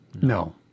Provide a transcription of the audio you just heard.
No